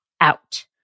out